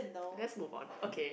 let's move on okay